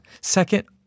Second